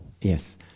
Yes